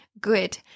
good